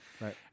Right